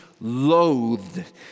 loathed